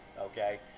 okay